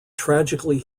tragically